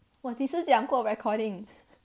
我几时讲过 recording